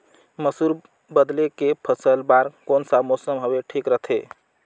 मसुर बदले के फसल बार कोन सा मौसम हवे ठीक रथे?